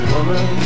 Woman